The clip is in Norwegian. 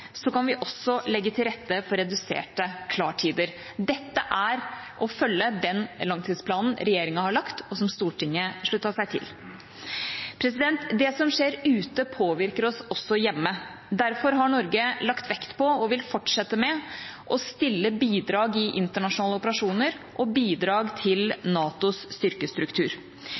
så avgjørende, og økt bemanning og aktivitet, kan vi også legge til rette for reduserte klartider. Dette er å følge den langtidsplanen regjeringa har lagt, og som Stortinget sluttet seg til. Det som skjer ute, påvirker oss også hjemme. Derfor har Norge lagt vekt på – og vil fortsette med – å stille bidrag i internasjonale operasjoner og bidrag til NATOs styrkestruktur.